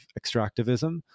extractivism